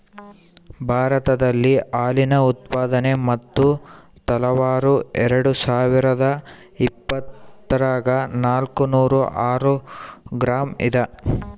ಭಾರತದಲ್ಲಿ ಹಾಲಿನ ಉತ್ಪಾದನೆ ಮತ್ತು ತಲಾವಾರು ಎರೆಡುಸಾವಿರಾದ ಇಪ್ಪತ್ತರಾಗ ನಾಲ್ಕುನೂರ ಆರು ಗ್ರಾಂ ಇದ